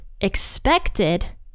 expected